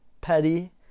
petty